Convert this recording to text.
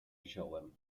wziąłem